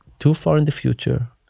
too far in the future.